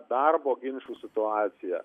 darbo ginčų situacija